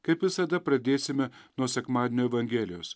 kaip visada pradėsime nuo sekmadienio evangelijos